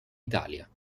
italia